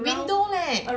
window leh